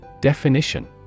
Definition